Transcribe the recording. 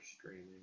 streaming